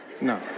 no